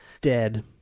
dead